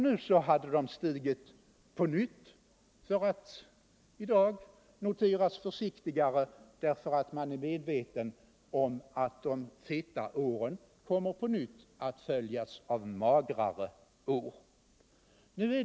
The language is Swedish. Nu har de stigit på nytt, för att i dag återigen noteras försiktigare, eftersom man är medveten om att de feta åren kommer att följas av magrare år.